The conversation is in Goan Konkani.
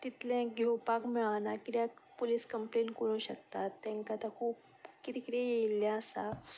तितलें घेवपाक मेळना किद्याक पुलीस कंम्प्लेन करूं शकतात तांकां खूब किदें किदें येयल्लें आसा